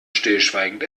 stillschweigend